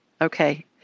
Okay